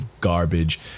garbage